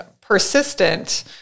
persistent